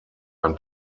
ein